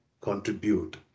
contribute